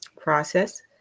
process